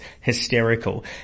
hysterical